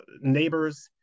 neighbors